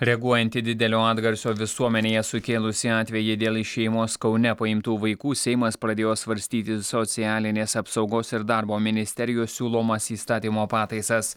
reaguojant į didelio atgarsio visuomenėje sukėlusį atvejį dėl iš šeimos kaune paimtų vaikų seimas pradėjo svarstyti socialinės apsaugos ir darbo ministerijos siūlomas įstatymo pataisas